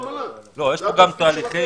יש כאן תהליכי